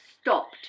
stopped